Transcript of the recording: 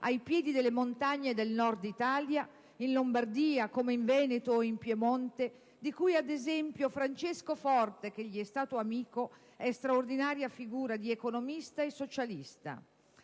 ai piedi delle montagne del Nord Italia, in Lombardia come in Veneto o in Piemonte, fra cui - ad esempio - Francesco Forte, di cui fu amico, straordinaria figura di economista e socialista.